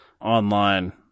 online